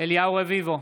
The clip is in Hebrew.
אליהו רביבו,